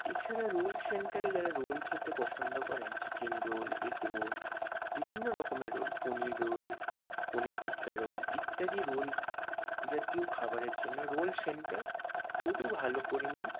এছাড়া রোল সেন্টারে যারা রোল খেতে পছন্দ করেন চিকেন রোল এগ রোল বিভিন্ন রকমের roll paneer roll paneer tikka roll ইত্যাদি রোল জাতীয় খাবারের জন্য রোল সেন্টার খুবই ভালো পরিমাণ